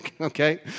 okay